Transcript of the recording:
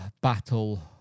battle